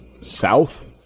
south